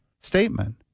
statement